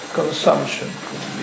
consumption